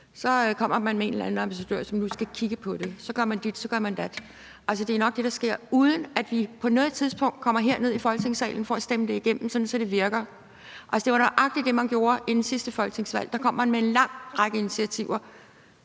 Så kommer man med en eller anden ambassadør, som nu skal kigge på det – så gør man dit, så gør man dat. Det er nok, det der sker, uden at vi på noget tidspunkt kommer herned i Folketingssalen for at stemme det igennem, sådan så det virker. Det var nøjagtig det, man gjorde inden sidste folketingsvalg. Der kom man med en lang række initiativer,